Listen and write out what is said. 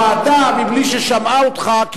הוועדה מבלי ששמעה אותך,